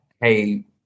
hey